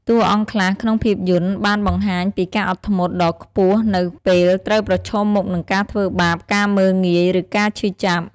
តួអង្គខ្លះក្នុងភាពយន្តបានបង្ហាញពី ការអត់ធ្មត់ ដ៏ខ្ពស់នៅពេលត្រូវប្រឈមមុខនឹងការធ្វើបាប ការមើលងាយ ឬការឈឺចាប់។